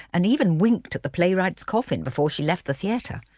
and even winked at the playwright's coffin before she left the theatre.